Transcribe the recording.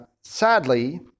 sadly